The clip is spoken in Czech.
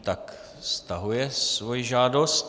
Tak stahuje svoji žádost.